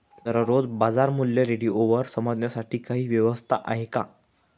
दररोजचे बाजारमूल्य रेडिओवर समजण्यासाठी काही व्यवस्था आहे का?